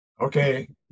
Okay